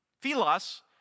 Philos